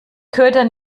köter